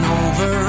over